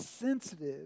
sensitive